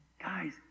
guys